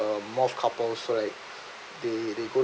uh more of couple so like they they go